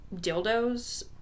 dildos